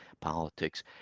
politics